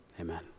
Amen